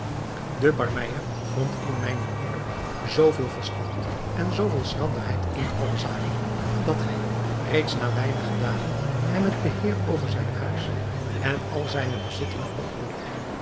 de barmeyer vond in mijnen broeder zoo veel verstand en zoo veel schranderheid in alle zaken dat hij reeds na weinige dagen hem het beheer over zijn huis en al zijne bezittingen opdroeg